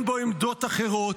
ואין בו עמדות אחרות.